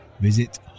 Visit